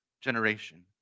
generation